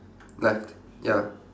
left ya